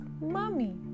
mommy